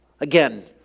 Again